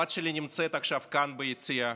הבת שלי נמצאת עכשיו כאן ביציע,